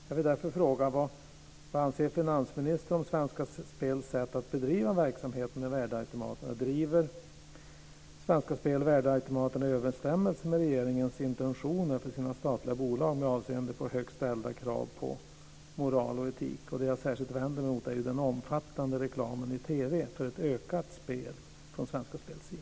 Jag vill därför fråga: Vad anser finansministern om Svenska Spels sätt att bedriva verksamheten med värdeautomaterna? Driver Svenska Spel värdeautomaterna i överensstämmelse med regeringens intentioner för sina statliga bolag med avseende på högt ställda krav på moral och etik? Det jag särskilt vänder mig mot är den omfattande reklamen i TV för ett ökat spel från Svenska Spels sida.